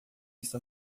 está